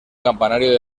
campanario